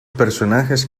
personajes